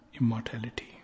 Immortality